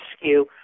rescue